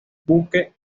buque